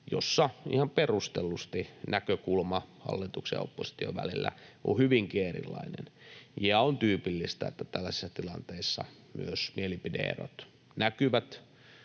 joissa ihan perustellusti näkökulmat hallituksen ja opposition välillä ovat hyvinkin erilaiset. On tyypillistä, että tällaisissa tilanteissa myös mielipide-erot näkyvät,